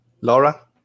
Laura